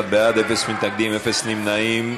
21 בעד, אין מתנגדים, אין נמנעים.